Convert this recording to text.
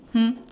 hmm